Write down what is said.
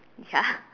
ya